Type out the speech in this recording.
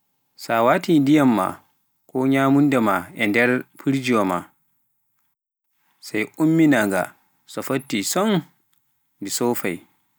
Sa waati ndiyaam maa, ko nyamunda ma e nder firjiwaa ma, sai umminaanga to foptii tonn ndi soppai.